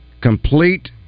complete